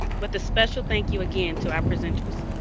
with a special thank you again to our presenters.